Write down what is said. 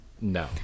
No